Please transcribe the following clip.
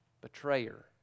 betrayer